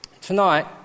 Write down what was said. tonight